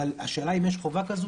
אבל השאלה אם יש חובה כזו.